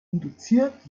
induziert